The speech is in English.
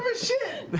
shit!